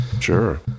Sure